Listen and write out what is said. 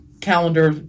calendar